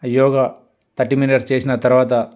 ఆ yoga thirty minutes చేసిన తర్వాత